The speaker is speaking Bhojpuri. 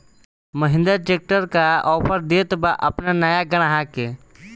महिंद्रा ट्रैक्टर का ऑफर देत बा अपना नया ग्राहक के?